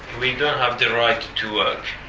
we don't have the right to work,